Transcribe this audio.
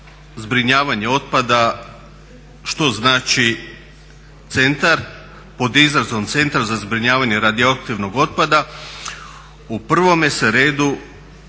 zbrinjavanje otpada što znači centar pod izrazom Centar za zbrinjavanje radioaktivnog otpada u prvome se redu